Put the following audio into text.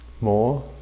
more